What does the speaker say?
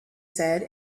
said